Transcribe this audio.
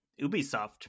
Ubisoft